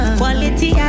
quality